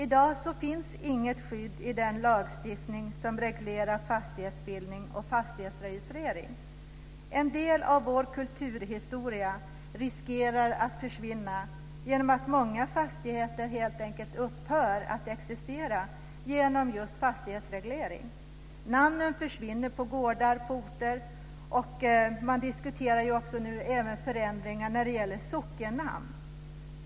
I dag finns inget skydd i den lagstiftning som reglerar fastighetsbildning och fastighetsregistrering. En del av vår kulturhistoria riskerar att försvinna genom att många fastigheter helt enkelt upphör att existera genom fastighetsreglering. Namnen försvinner på gårdar på orter, och nu diskuteras även förändringar vad gäller sockennamn.